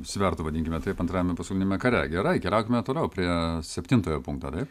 svertų vadinkime taip antrajame pasauliniame kare gerai keliaukime toliau prie septintojo punkto taip